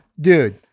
dude